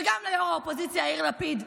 וגם ליו"ר האופוזיציה יאיר לפיד,